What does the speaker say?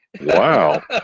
Wow